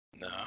No